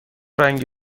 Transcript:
رنگی